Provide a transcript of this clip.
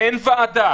אין ועדה